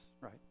right